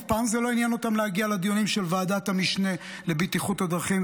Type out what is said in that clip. אף פעם זה לא עניין אותם להגיע לדיונים של ועדת המשנה לבטיחות בדרכים,